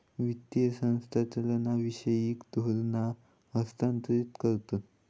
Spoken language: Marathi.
वित्तीय संस्था चालनाविषयक धोरणा हस्थांतरीत करतत